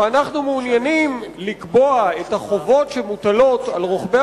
ואנחנו מעוניינים לקבוע את החובות שמוטלות על רוכבי